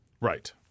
Right